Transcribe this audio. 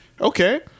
okay